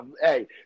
Hey